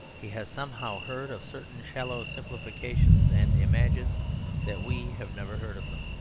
he has somehow heard of certain shallow simplifications and imagines that we have never heard of them.